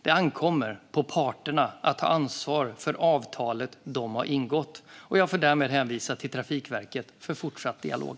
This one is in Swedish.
Det ankommer på parterna att ta ansvar för avtalet de har ingått. Jag får därmed hänvisa till Trafikverket för fortsatt dialog.